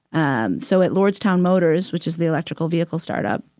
and so at lordstown motors, which is the electrical vehicle startup,